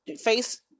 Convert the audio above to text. face